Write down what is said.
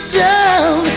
down